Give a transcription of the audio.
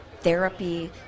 therapy